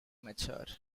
mature